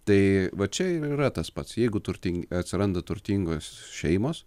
tai va čia ir yra tas pats jeigu turtingi atsiranda turtingos šeimos